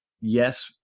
yes